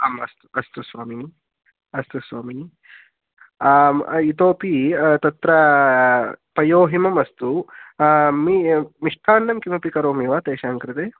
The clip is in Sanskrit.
आम् अस्तु अस्तु स्वामिनि अस्तु स्वामिनि आम् इतोपि तत्र पयोहिमम् अस्तु मि मिष्टान्नं किमपि करोमि वा तेषां कृते